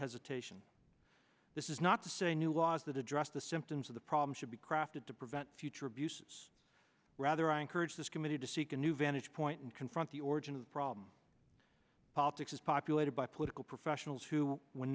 hesitation this is not to say new laws that address the symptoms of the problem should be crafted to prevent future abuses rather i encourage this committee to seek a new vantage point and confront the origin of the problem politics is populated by political professionals who w